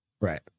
Right